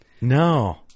No